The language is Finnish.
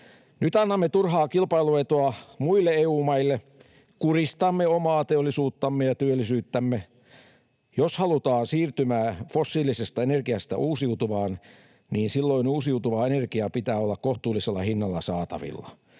Nyt annamme turhaa kilpailuetua muille EU-maille. Kuristamme omaa teollisuuttamme ja työllisyyttämme. Jos halutaan siirtymää fossiilisesta energiasta uusiutuvaan, niin silloin uusiutuvan energian pitää olla kohtuullisella hinnalla saatavilla.